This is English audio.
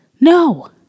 No